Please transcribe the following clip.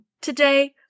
today